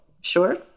Sure